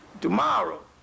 tomorrow